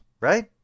right